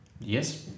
Yes